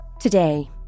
Today